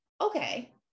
okay